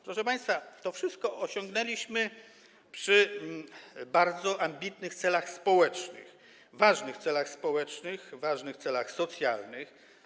Proszę państwa, to wszystko osiągnęliśmy przy bardzo ambitnych celach społecznych, ważnych celach społecznych, ważnych celach socjalnych.